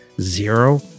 zero